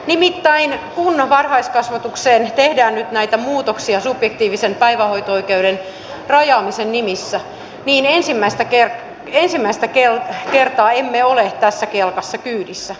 nimittäin kun varhaiskasvatukseen tehdään nyt näitä muutoksia subjektiivisen päivähoito oikeuden rajaamisen nimissä niin ensimmäistä kertaa emme ole tässä kelkassa kyydissä